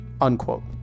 unquote